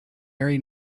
very